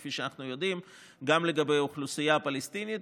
כפי שאנחנו יודעים גם לגבי האוכלוסייה הפלסטינית